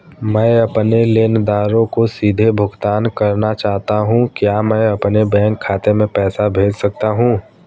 मैं अपने लेनदारों को सीधे भुगतान करना चाहता हूँ क्या मैं अपने बैंक खाते में पैसा भेज सकता हूँ?